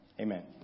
amen